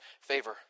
favor